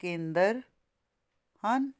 ਕੇਂਦਰ ਹਨ